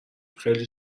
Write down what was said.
خیلی